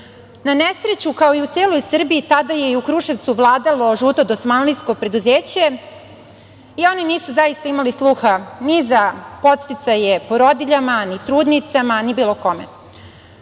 Na nesreću, kao i u celoj Srbiji, tada je i u Kruševcu vladalo žuto dosmanlijsko preduzeće i oni nisu zaista imali sluha ni za podsticaje porodiljama, ni trudnicama, ni bilo kome.